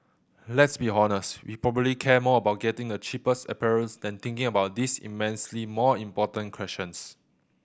let's be honest we probably care more about getting the cheapest apparels than thinking about these immensely more important questions